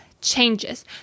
changes